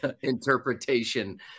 interpretation